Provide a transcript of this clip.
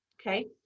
okay